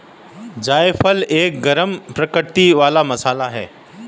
जायफल एक गरम प्रवृत्ति वाला मसाला है